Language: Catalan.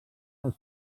els